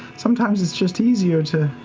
sometimes it's just easier to.